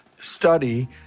study